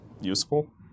useful